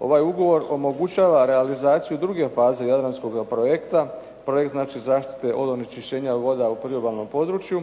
Ovaj ugovor omogućava realizaciju druge faze "Jadranskoga projekta". Projekt znači zaštite od onečišćenja voda u priobalnom području,